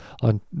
on